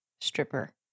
Stripper